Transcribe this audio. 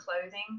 clothing